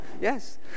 Yes